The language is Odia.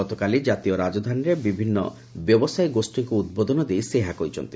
ଗତକାଲି କାତୀୟ ରାଜଧାନୀରେ ବିଭିନ୍ ବ୍ୟବସାୟୀ ଗୋଷ୍ଠୀଙ୍କ ଉଦ୍ବୋଧନ ଦେଇ ସେ ଏହା କହିଛନ୍ତି